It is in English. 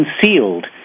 concealed